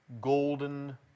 golden